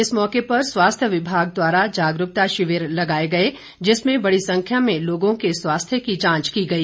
इस मौके पर स्वास्थ्य विभाग द्वारा जागरूकता शिविर लगाए गए जिसमें बड़ी संख्या में लोगों के स्वास्थ्य की जांच की गई